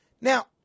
Now